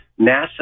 NASA